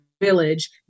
village